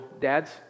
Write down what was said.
dads